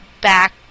back